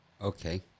Okay